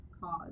cause